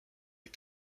est